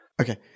Okay